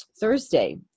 Thursday